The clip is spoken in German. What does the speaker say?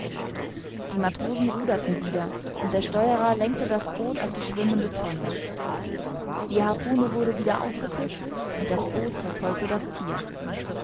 die matrosen ruderten wieder und der steuerer lenkte das boot auf die schwimmende tonne die harpune wurde wieder aufgefischt und das boot verfolgte das thier